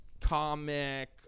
comic